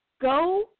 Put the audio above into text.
go